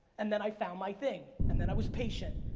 and then i found my thing, and then i was patient,